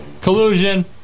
Collusion